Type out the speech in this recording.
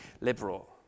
liberal